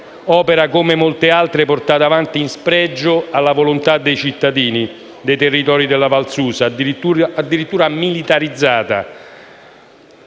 un'opera, come molte altre, portata avanti in spregio alla volontà dei cittadini dei territori della Val di Susa, addirittura militarizzata